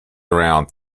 around